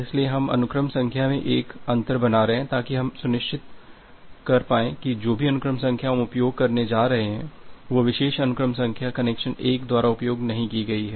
इसलिए हम अनुक्रम संख्या में एक अंतर बना रहे हैं ताकि हमें सुनिश्चित हो जाता है कि जो भी अनुक्रम संख्या हम उपयोग करने जा रहे हैं वह विशेष अनुक्रम संख्या कनेक्शन 1 द्वारा उपयोग नहीं की गई है